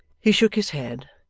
he shook his head,